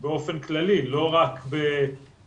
באופן כללי לא רק בראמה,